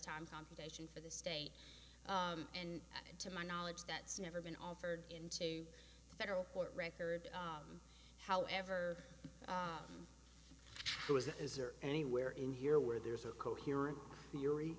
time competition for the state and to my knowledge that's never been offered into federal court records however is there anywhere in here where there's a coherent theory